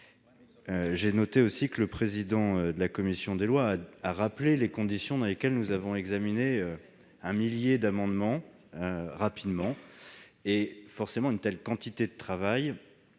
privilèges. M. le président de la commission des lois a rappelé les conditions dans lesquelles nous avons examiné un millier d'amendements. Forcément, en ayant abattu une telle quantité de travail